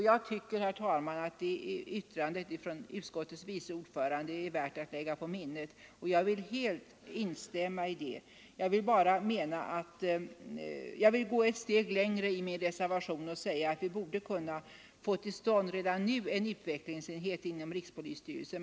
Jag tycker, herr talman, att det yttrandet från utskottets vice ordförande är värt att lägga på minnet, och jag vill helt instämma i det. Jag vill också gå ett steg längre i min reservation och säga att vi redan nu borde kunna få till stånd en utvecklingsenhet inom rikspolisstyrelsen.